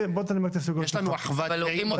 יש לנו אחוות רעים באופוזיציה.